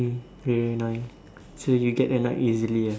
very annoying so you get annoyed easily ah